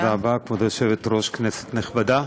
כבוד היושבת-ראש, תודה רבה, כנסת נכבדה,